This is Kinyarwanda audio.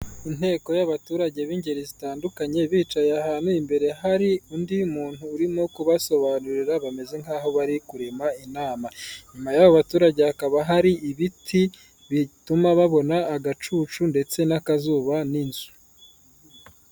Inteko y'abaturage b'ingeri zitandukanye bicaye ahantu, imbere hari undi muntu urimo kubasobanurira bameze nk'aho bari kurema inama. Inyuma y'abo baturage hakaba hari ibiti bituma babona agacucu ndetse n'akazuba n'inzu.